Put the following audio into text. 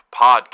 Podcast